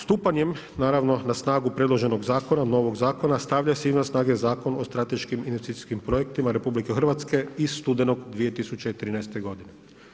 Stupanjem naravno na snagu predloženog zakona, novog zakona, stavlja se izvan snage Zakon o strateškim investicijskim projektima RH iz studenog 2013. godine.